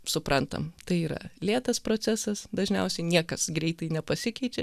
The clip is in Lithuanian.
suprantam tai yra lėtas procesas dažniausiai niekas greitai nepasikeičia